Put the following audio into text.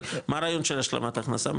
הרי מה הרעיון של השלמת הכנסה,